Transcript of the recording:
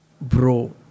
bro